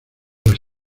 las